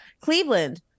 Cleveland